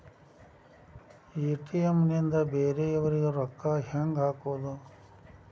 ATM ನಿಂದ ಬೇರೆಯವರಿಗೆ ರೊಕ್ಕ ಹೆಂಗ್ ಹಾಕೋದು?